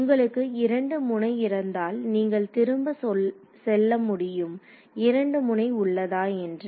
உங்களுக்கு இரண்டு முனை இருந்தால் நீங்கள் திரும்ப செல்ல முடியும் இரண்டு முனை உள்ளதா என்று